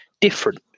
different